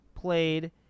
played